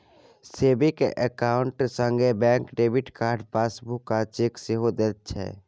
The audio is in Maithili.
सेबिंग अकाउंट संगे बैंक डेबिट कार्ड, पासबुक आ चेक सेहो दैत छै